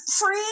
free